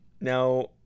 Now